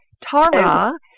Tara